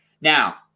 Now